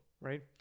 right